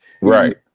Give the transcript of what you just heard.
Right